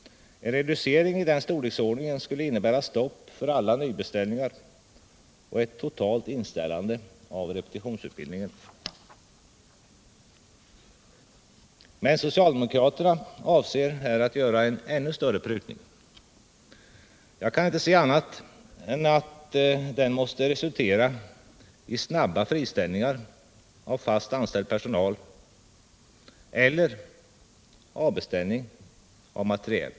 En reducering i den storleksordningen skulle innebära stopp för alla nybeställningar och ett totalt inställande av repetitionsutbildningen. Men socialdemokraterna avser här att göra en ännu större prutning. Jag kan inte se annat än att den måste resultera i snabba friställningar av fast anställd personal eller avbeställning av materiel.